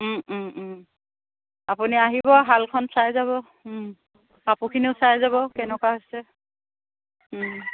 আপুনি আহিব শালখন চাই যাব কাপোৰখিনিও চাই যাব কেনেকুৱা হৈছে